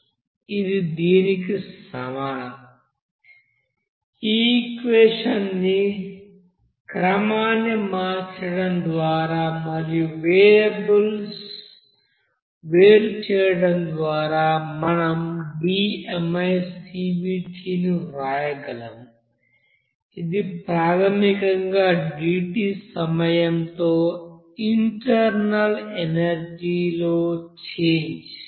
ఇది దీనికి సమానం ఈ ఈక్వెషన్ ని క్రమాన్ని మార్చడం ద్వారా మరియు వేరియబుల్స్ వేరు చేయడం ద్వారా మనం d ను వ్రాయగలము ఇది ప్రాథమికంగా dt సమయంతో ఇంటర్నల్ ఎనర్జీ లో చేంజ్